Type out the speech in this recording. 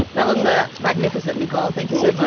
ah that was a magnificent niguel. thank you, sir.